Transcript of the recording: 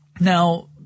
Now